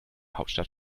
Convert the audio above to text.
hauptstadt